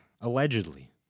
allegedly